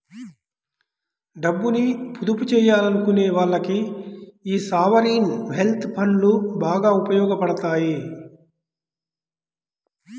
డబ్బుని పొదుపు చెయ్యాలనుకునే వాళ్ళకి యీ సావరీన్ వెల్త్ ఫండ్లు బాగా ఉపయోగాపడతాయి